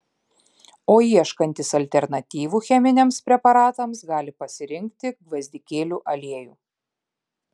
o ieškantys alternatyvų cheminiams preparatams gali pasirinkti gvazdikėlių aliejų